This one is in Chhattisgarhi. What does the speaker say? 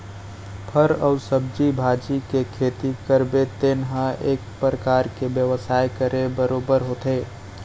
फर अउ सब्जी भाजी के खेती करबे तेन ह एक परकार ले बेवसाय करे बरोबर होथे